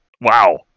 Wow